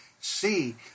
See